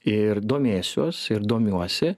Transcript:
ir domėsiuos ir domiuosi